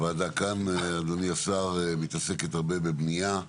הוועדה כאן, אדוני השר, מתעסקת הרבה בבנייה,